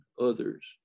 others